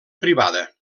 privada